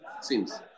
seems